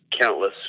countless